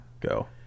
go